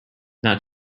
not